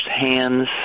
hands